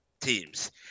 teams